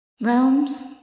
realms